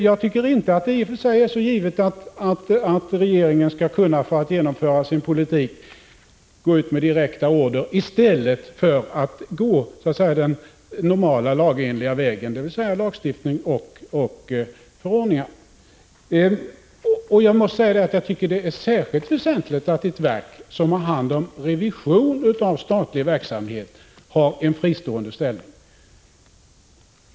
Jag tycker inte att det i och för sig är givet att regeringen skall kunna, för att genomföra sin politik, gå ut med direkta order i stället för att gå den normala lagenliga vägen, dvs. lagstiftning och förordningar. Det är särskilt väsentligt att ett verk som har hand om revision av statlig verksamhet har en fristående ställning.